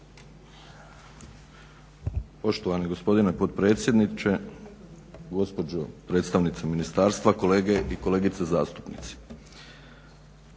Poštovani gospodine potpredsjedniče, gospođo predstavnici ministarstva, kolege i kolegice zastupnici.